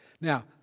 Now